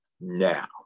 Now